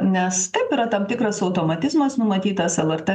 nes taip yra tam tikras automatizmas numatytas lrt